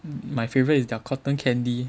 my favourite is their cotton candy